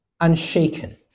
unshaken